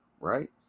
right